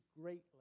greatly